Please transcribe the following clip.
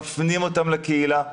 מפנים אותם לקהילה.